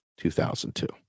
2002